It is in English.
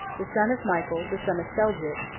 the son of michael the son of seljuk,